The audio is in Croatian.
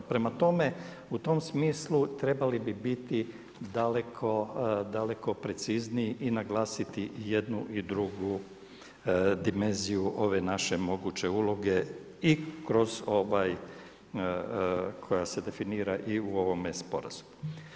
Prema tome u tom smislu trebali bi biti daleko precizniji i naglasiti jednu i drugu dimenziju ove naše moguće uloge i kroz ovaj koja se definira i u ovome sporazumu.